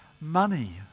money